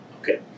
Okay